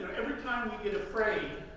every time you get afraid,